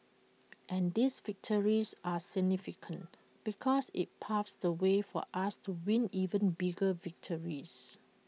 and these victories are significant because IT paves the way for us to win even bigger victories